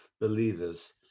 believers